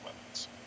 weapons